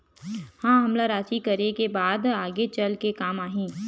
का हमला राशि करे के बाद आगे चल के काम आही?